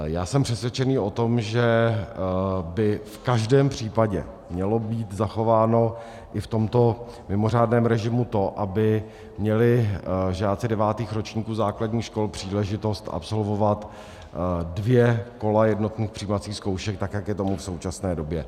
Já jsem přesvědčený o tom, že by v každém případě mělo být zachováno i v tomto mimořádném režimu to, aby měli žáci devátých ročníků základních škol příležitost absolvovat dvě kola jednotných přijímacích zkoušek, tak jak je tomu v současné době.